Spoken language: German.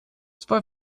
zwei